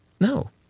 No